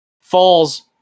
falls